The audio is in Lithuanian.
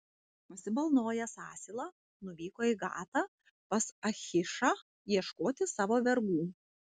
pasibalnojęs asilą nuvyko į gatą pas achišą ieškoti savo vergų